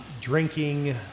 Drinking